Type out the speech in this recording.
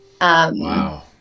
Wow